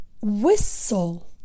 whistle